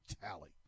Tally